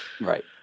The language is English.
Right